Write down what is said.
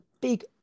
big